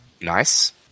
nice